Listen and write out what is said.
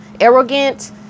arrogant